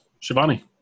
Shivani